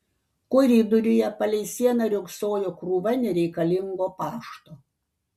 koridoriuje palei sieną riogsojo krūva nereikalingo pašto